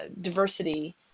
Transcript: diversity